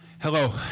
Hello